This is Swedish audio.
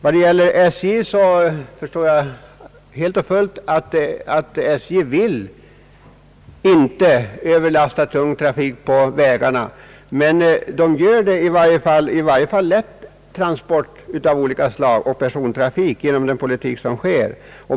Vad gäller SJ förstår jag helt och hållet att SJ inte vill överföra tung trafik till landsvägarna, men i varje fall lätta godstransporter av olika slag och persontrafik omdisponeras till landsvägarna med den politik som förs.